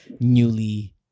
newly